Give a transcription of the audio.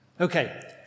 Okay